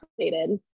updated